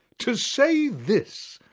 to say this,